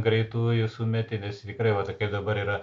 greitųjų sumeti nes tikrai va ta kai dabar yra